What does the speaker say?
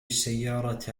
السيارة